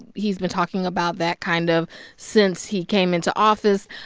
he's been talking about that kind of since he came into office.